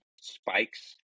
spikes